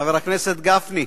חבר הכנסת גפני,